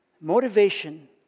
Motivation